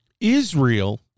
Israel